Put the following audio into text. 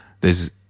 there's-